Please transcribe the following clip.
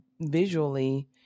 visually